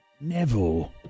Neville